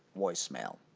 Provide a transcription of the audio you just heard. voicemail.